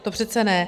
To přece ne!